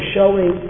showing